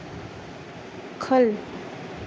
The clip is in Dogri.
ख'ल्ल